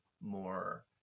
more